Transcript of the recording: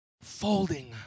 folding